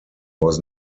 was